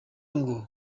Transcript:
ngo